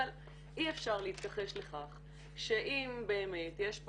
אבל אי אפשר להתכחש לכך שאם באמת יש פה